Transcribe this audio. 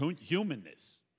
humanness